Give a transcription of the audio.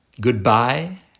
Goodbye